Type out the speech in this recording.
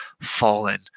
fallen